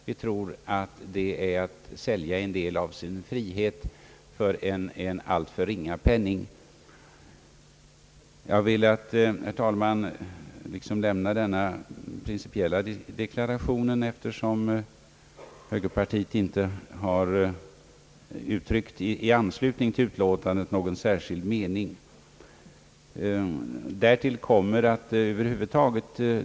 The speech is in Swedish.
Vi tror att det är att sälja en del av sin frihet för en alltför ringa penning. Jag har velat, herr talman, göra denna principiella deklaration, eftersom högerpartiet inte uttryckt någon särskild mening i anslutning till utlåtandet.